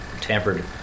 tampered